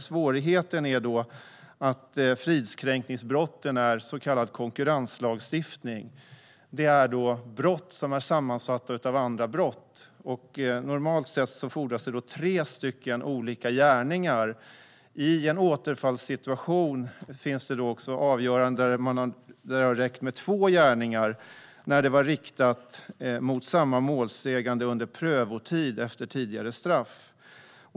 Svårigheten är att fridskränkningsbrotten är så kallad konkurrenslagstiftning, det vill säga brott som är sammansatta av andra brott. Normalt fordras det tre olika gärningar, men det finns avgöranden där det i en återfallssituation har räckt med två gärningar när de varit riktade mot samma målsägande under prövotid efter tidigare straff.